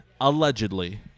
allegedly